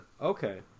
Okay